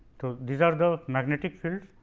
these are the magnetic fields